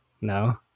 No